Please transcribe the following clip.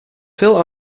veel